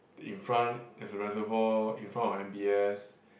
in front there's a reservoir in front of M_b_S